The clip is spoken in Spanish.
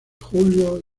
julio